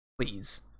please